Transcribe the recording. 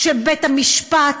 כשבית-המשפט,